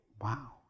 Wow